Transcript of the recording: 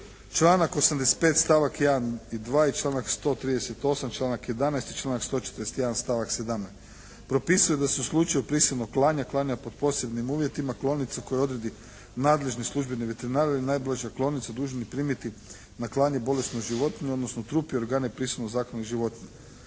Članak 85. stavak 1. i 2. i članak 138., članak 11. i članak 141. stavak 17., propisuje da se u slučaju prisilnog klanja, klanja pod posebnim uvjetima klaonicu koju odredi nadležni službeni veterinar i najbliža klaonica dužna je primiti na klanje bolesnu životinju odnosno trup i organe prisilno zaklanih životinja.